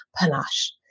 panache